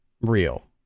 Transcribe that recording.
real